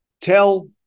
tell